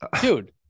Dude